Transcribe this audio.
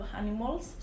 animals